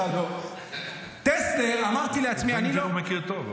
אתה לא --- אותי הוא מכיר טוב,